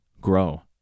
Grow